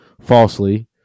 falsely